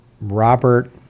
Robert